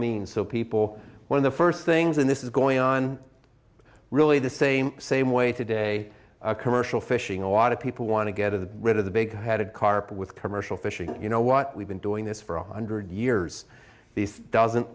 mean so people one of the first things and this is going on really the same same way today commercial fishing a lot of people want to get of the rid of the big headed carp with commercial fishing you know what we've been doing this for one hundred years this doesn't